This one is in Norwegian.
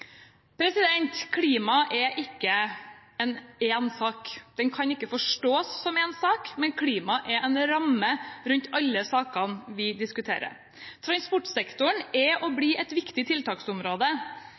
er ikke én sak, den kan ikke forstås som én sak, men klima er en ramme rundt alle sakene vi diskuterer. Transportsektoren er og blir et viktig tiltaksområde,